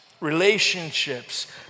relationships